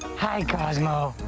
hi, cosmo.